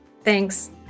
Thanks